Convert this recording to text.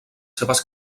seves